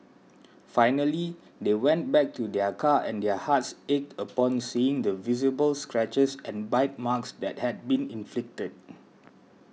finally they went back to their car and their hearts ached upon seeing the visible scratches and bite marks that had been inflicted